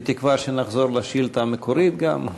בתקווה שנחזור לשאילתה המקורית, גם.